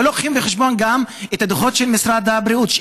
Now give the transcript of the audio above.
לא לוקחים בחשבון גם את הדוחות של משרד הבריאות.